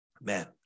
Man